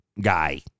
guy